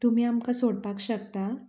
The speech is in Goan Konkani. तुमी आमकां सोडपाक शकता